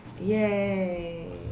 Yay